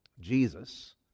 Jesus